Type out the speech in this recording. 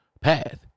path